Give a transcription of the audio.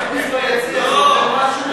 אקוניס ביציע אומר משהו,